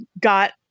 got